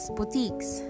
boutiques